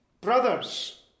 brothers